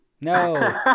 no